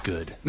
Good